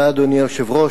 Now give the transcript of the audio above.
אדוני היושב-ראש,